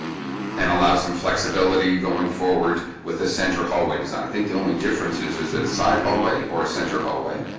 and allow some flexibility going forward with the center hallway design i think the only difference is is that a side hallway or a central hallway?